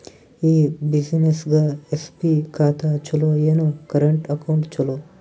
ಈ ಬ್ಯುಸಿನೆಸ್ಗೆ ಎಸ್.ಬಿ ಖಾತ ಚಲೋ ಏನು, ಕರೆಂಟ್ ಅಕೌಂಟ್ ಚಲೋ?